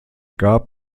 gab